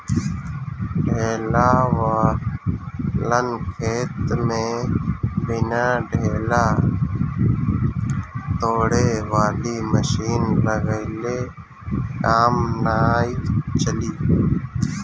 ढेला वालन खेत में बिना ढेला तोड़े वाली मशीन लगइले काम नाइ चली